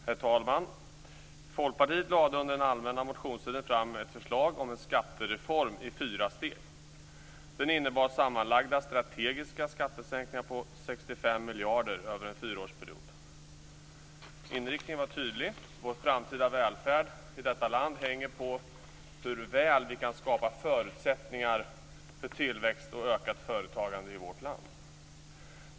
Herr talman! Folkpartiet lade under den allmänna motionstiden fram ett förslag om en skattereform i fyra steg. Denna innebar sammanlagda strategiska skattesänkningar på 65 miljarder över en fyraårsperiod. Inriktningen var tydlig: Vår framtida välfärd hänger på hur väl vi kan skapa förutsättningar för tillväxt och ökat företagande i vårt land.